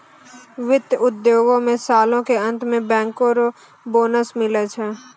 वित्त उद्योगो मे सालो के अंत मे बैंकरो के बोनस मिलै छै